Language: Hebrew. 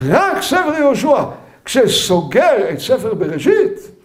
רק ספר יהושע, כשסוגר את ספר בראשית